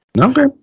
Okay